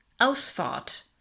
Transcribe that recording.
Ausfahrt